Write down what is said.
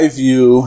view